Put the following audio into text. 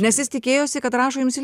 nes jis tikėjosi kad rašo jums į